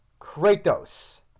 Kratos